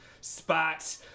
spot